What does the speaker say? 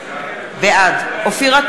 בעד דוד אמסלם,